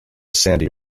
sandy